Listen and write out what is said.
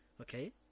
okay